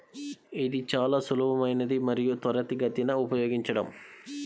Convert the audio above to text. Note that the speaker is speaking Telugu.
ఇది చాలా సులభమైనది మరియు త్వరితగతిన ఉపయోగించడం